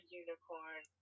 unicorn